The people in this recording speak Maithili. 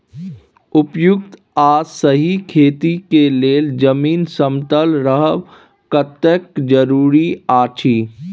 उपयुक्त आ सही खेती के लेल जमीन समतल रहब कतेक जरूरी अछि?